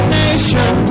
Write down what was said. nation